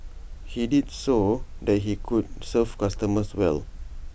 he did IT so that he could serve customers well